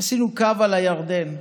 ועשינו קו על הירדן.